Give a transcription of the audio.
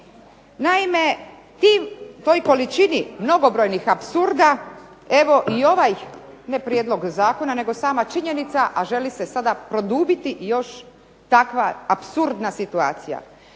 Naime, toj količini mnogobrojnih apsurda evo i ovaj ne Prijedlog zakona, nego sama činjenica, a želi se sada produbiti još takva apsurdna situacija